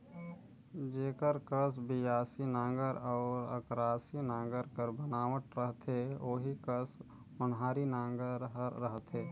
जेकर कस बियासी नांगर अउ अकरासी नागर कर बनावट रहथे ओही कस ओन्हारी नागर हर रहथे